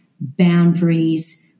boundaries